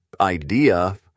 idea